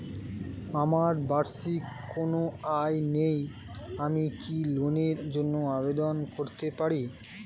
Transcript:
আমার বার্ষিক কোন আয় নেই আমি কি লোনের জন্য আবেদন করতে পারি?